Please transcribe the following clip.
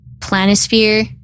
planisphere